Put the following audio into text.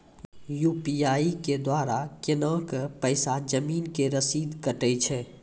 UPI के द्वारा केना कऽ पैसा जमीन के रसीद कटैय छै?